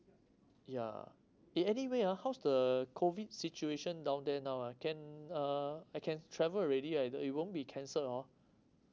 yeah eh anyway ah how's the COVID situation down there now ah can uh I can travel already eh it the it won't be cancel oh